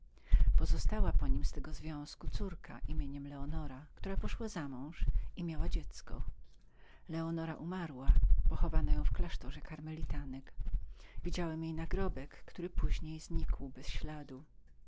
pozostała po nim z tego związku córka nazwiskiem leonora która poszła za mąż i miała dziecie leonora umarła pochowano ją w klasztorze urszulinek widziałem jej nagrobek który później znikł bez żadnego śladu